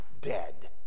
dead